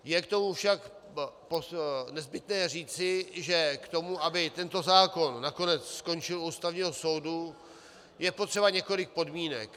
Je k tomu však nezbytné říci, že k tomu, aby tento zákon nakonec skončil u Ústavního soudu, je potřeba několik podmínek.